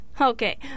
Okay